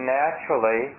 naturally